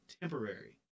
temporary